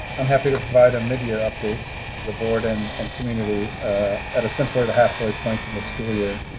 um happy to provide a midyear update to the board and and community at essentially the halfway point in the school year.